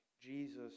Jesus